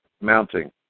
mounting